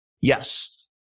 Yes